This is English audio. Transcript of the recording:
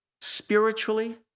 spiritually